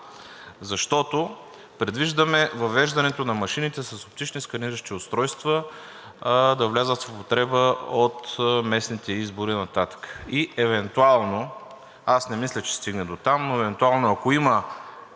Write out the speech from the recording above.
защото предвиждаме въвеждането на машините с оптични сканиращи устройства, да влязат в употреба от местните избори нататък евентуално. Не мисля, че ще се стигне дотам, ако има